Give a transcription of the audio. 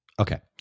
okay